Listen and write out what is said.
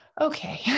Okay